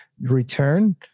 return